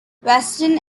western